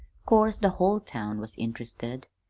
course the whole town was interested,